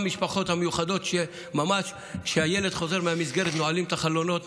המשפחות המיוחדות שממש כשהילד חוזר מהמסגרת נועלים את החלונות,